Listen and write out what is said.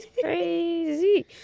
crazy